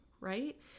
right